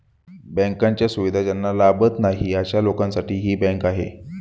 बँकांच्या सुविधा ज्यांना लाभत नाही अशा लोकांसाठी ही बँक आहे